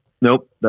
Nope